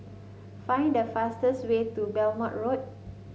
find the fastest way to Belmont Road